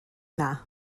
yna